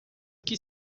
que